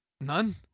None